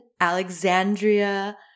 Alexandria